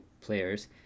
players